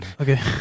Okay